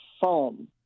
foam